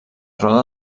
roda